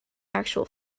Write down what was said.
actual